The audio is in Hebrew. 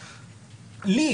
לי,